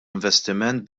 investiment